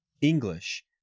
English